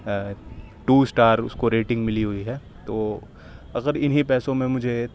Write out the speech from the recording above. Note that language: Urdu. ٹو اسٹار اس کو ریٹنگ ملی ہوئی ہے تو اگر انہیں پیسوں میں مجھے